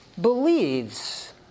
believes